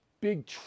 big